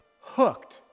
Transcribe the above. hooked